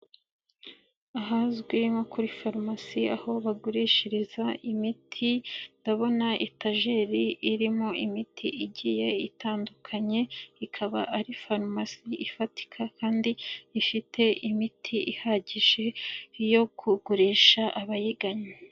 Ahazwi nko kuri farumasi, aho bagurishiriza imiti, ndabona etajeri irimo imiti igiye itandukanye, ikaba ari farumasi, ifatika kandi ifite imiti ihagije yo kugurisha abayiganye.